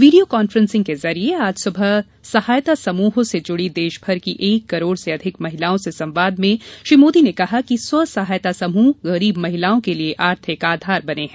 video conference के ज़रिये आज सुबह सहायता समूहों से ज़ुड़ी देशमर की एक करोड़ से अधिक महिलाओं से संवाद में श्री मोदी ने कहा कि स्व सहायता समूह गरीब महिलाओं के लिए आर्थिक आधार बने हैं